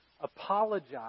apologize